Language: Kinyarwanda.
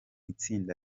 itsinda